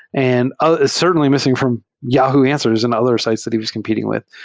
and ah is certainly missing from yahoo answers and other sites that he was competing with.